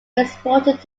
exported